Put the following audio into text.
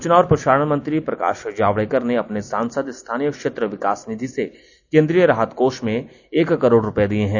सूचना और प्रसारण मंत्री प्रकाश जावडेकर ने अपने सांसद स्थानीय क्षेत्र विकास निधि से केंद्रीय राहत कोष में एक करोड़ रुपये दिए हैं